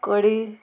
कडी